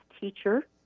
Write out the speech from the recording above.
Teacher